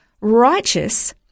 righteous